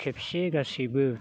खेबसे गासैबो